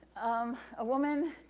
um, a woman